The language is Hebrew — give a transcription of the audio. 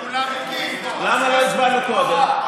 למה לא הצבענו קודם?